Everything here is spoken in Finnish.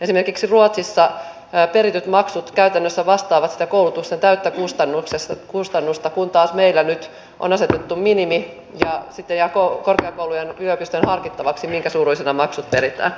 esimerkiksi ruotsissa perityt maksut käytännössä vastaavat sitä koulutuksen täyttä kustannusta kun taas meillä nyt on asetettu minimi ja sitten jää korkeakoulujen ja yliopistojen harkittavaksi minkä suuruisena maksut peritään